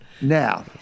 Now